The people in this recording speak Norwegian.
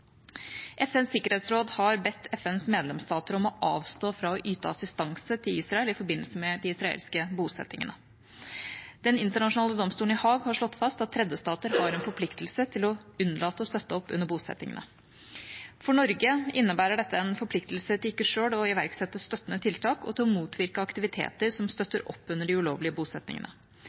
FNs sikkerhetsråd har bedt FNs medlemsstater om å avstå fra å yte assistanse til Israel i forbindelse med de israelske bosettingene. Den internasjonale domstolen i Haag har slått fast at tredjestater har en forpliktelse til å unnlate å støtte opp under bosettingene. For Norge innebærer dette en forpliktelse til ikke sjøl å iverksette støttende tiltak og til å motvirke aktiviteter som støtter opp under de ulovlige